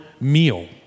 meal